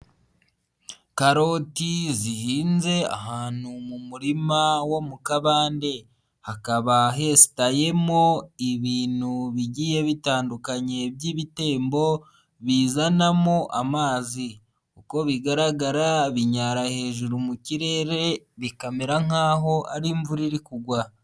Karoti zihinze ahantu mu murima wo mu kabande hakaba hetayemo ibintu bigiye bitandukanye by'ibitembo bizanamo amazi. Uko bigaragara binyara hejuru mu kirere bikamera nk'aho ari imvura iri kugwa.